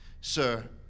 sir